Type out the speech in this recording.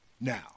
Now